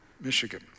Michigan